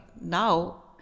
now